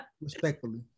respectfully